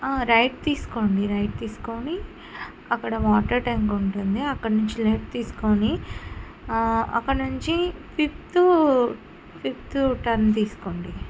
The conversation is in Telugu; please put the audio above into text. రైట్ తీసుకోండి రైట్ తీసుకొని అక్కడ వాటర్ ట్యాంక్ ఉంటుంది అక్కడినుంచి లెఫ్ట్ తీసుకొని అక్కడ నుంచి ఫిఫ్త్ ఫిఫ్త్ టర్న్ తీసుకోండి